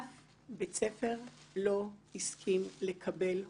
אף בית ספר לא הסכים לקבל אותו.